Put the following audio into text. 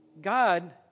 God